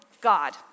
God